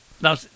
Now